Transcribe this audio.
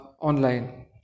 online